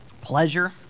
Pleasure